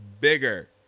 bigger